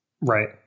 Right